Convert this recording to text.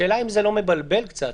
השאלה אם זה לא מבלבל קצת,